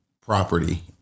property